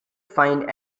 find